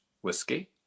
whiskey